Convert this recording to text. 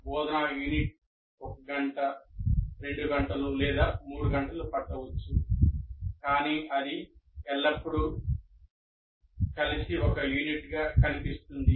బోధనా యూనిట్ 1 గంట 2 గంటలు లేదా 3 గంటలు పట్టవచ్చు కానీ ఇది ఎల్లప్పుడూ కలిసి ఒక యూనిట్గా కనిపిస్తుంది